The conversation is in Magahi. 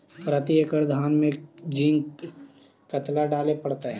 प्रती एकड़ धान मे जिंक कतना डाले पड़ताई?